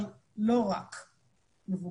אבל לא רק מבוגרים.